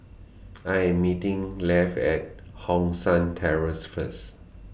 I Am meeting Leigh At Hong San Terrace First